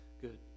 good